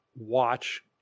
watch